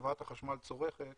שחברת החשמל צורכת